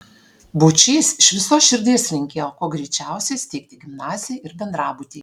būčys iš visos širdies linkėjo kuo greičiausiai steigti gimnaziją ir bendrabutį